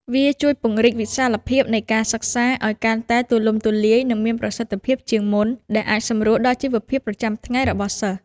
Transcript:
វាជួយពង្រីកវិសាលភាពនៃការសិក្សាឱ្យកាន់តែទូលំទូលាយនិងមានប្រសិទ្ធភាពជាងមុន ដែលអាចសម្រួលដល់ជីវភាពប្រចាំថ្ងៃរបស់សិស្ស។